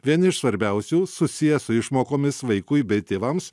vieni iš svarbiausių susiję su išmokomis vaikui bei tėvams